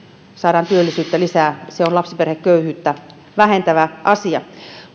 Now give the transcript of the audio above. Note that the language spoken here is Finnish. saadaan työllisyyttä lisää on lapsiperheköyhyyttä vähentävä asia